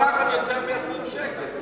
הוא לא יכול לקחת יותר מ-20 שקל.